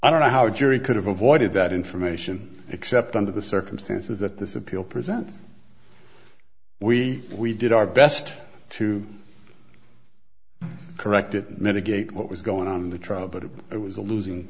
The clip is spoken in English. i don't know how a jury could have avoided that information except under the circumstances that this appeal presents we we did our best to correct it mitigate what was going on in the trial but it was a losing